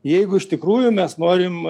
jeigu iš tikrųjų mes norim